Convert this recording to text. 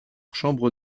chambre